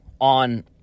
on